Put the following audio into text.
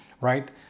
right